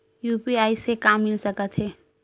UPI से का मिल सकत हे?